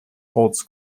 holtz